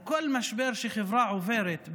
או כל משבר שחברה עוברת,